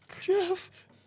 Jeff